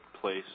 place